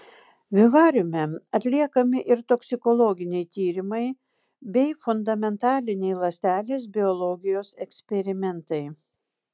vivariume atliekami ir toksikologiniai tyrimai bei fundamentiniai ląstelės biologijos eksperimentai